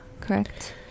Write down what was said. correct